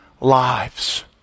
lives